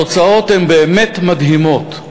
התוצאות באמת מדהימות.